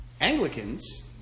Anglicans